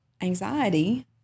anxiety